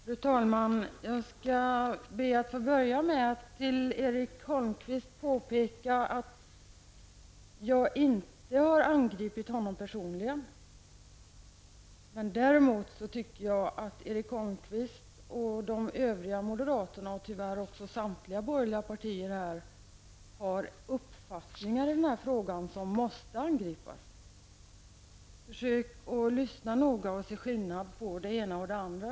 Fru talman! Jag skall be att få börja med att för Erik Holmkvist påpeka att jag inte har angripit honom personligen, men däremot tycker jag att Erik Holmkvist och övriga moderater och tyvärr även samtliga borgerliga partier har uppfattningar i denna fråga som måste angripas. Försök att lyssna noga för att se skillnaden på det ena och det andra.